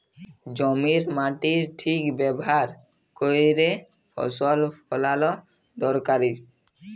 জমির মাটির ঠিক ব্যাভার ক্যইরে ফসল ফলাল দরকারি